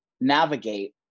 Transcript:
navigate